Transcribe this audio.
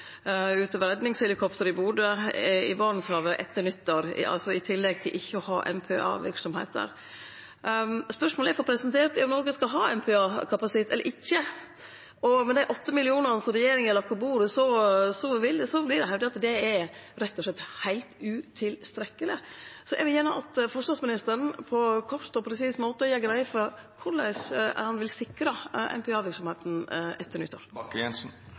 utover redningshelikopteret i Bodø, i Barentshavet etter nyttår, i tillegg til ikkje å ha MPA-verksemd der. Spørsmålet eg får presentert, er om Noreg skal ha MPA-kapasitet eller ikkje. Med dei 8 mill. kr som regjeringa har lagt på bordet, vert det hevda at det rett og slett er heilt utilstrekkeleg. Eg vil gjerne at forsvarsministeren på ein kort og presis måte gjer greie for korleis han vil sikre MPA-verksemda etter nyttår.